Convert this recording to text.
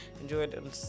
enjoyed